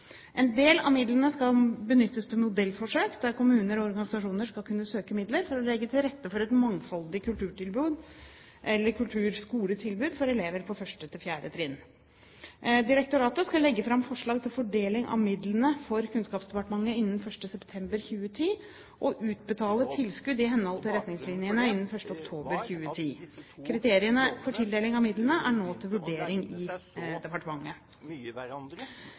En del av midlene skal benyttes til modellforsøk, der kommuner og organisasjoner skal kunne søke midler for å legge til rette for et mangfoldig kulturtilbud/kulturskoletilbud for elever på 1.–4. trinn. Direktoratet skal legge fram forslag til fordeling av midlene for Kunnskapsdepartementet innen 1. september 2010 og utbetale tilskudd i henhold til retningslinjene innen 1. oktober 2010. Kriteriene for tildeling av midlene er nå til vurdering i departementet.